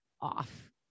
off